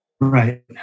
Right